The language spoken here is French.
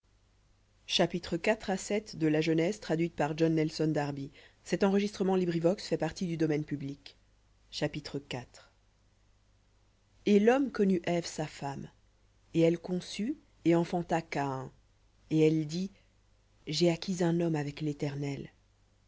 et l'homme connut ève sa femme et elle conçut et enfanta caïn et elle dit j'ai acquis un homme avec l'éternel